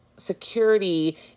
security